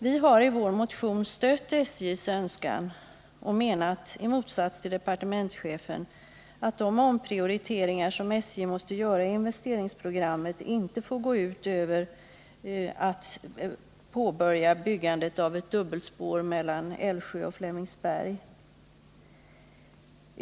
Vi har i vår motion stött SJ:s önskan och menat — i motsats till departementschefen — att de omprioriteringar som SJ måste göra i investeringsprogrammet inte får gå ut över påbörjandet av arbetet med att bygga ett dubbelspår mellan Älvsjö och Flemingsberg.